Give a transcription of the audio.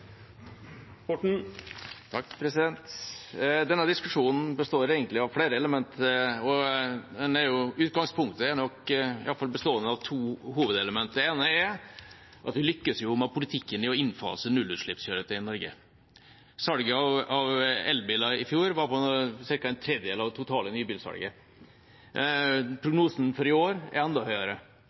Denne diskusjonen består egentlig av flere element – i utgangspunktet består den nok av to hovedelement. Det ene er at vi lykkes i politikken med å innfase nullutslippskjøretøy i Norge. Salget av elbiler i fjor utgjorde ca. en tredjedel av det totale nybilsalget. Prognosen for i år er enda høyere.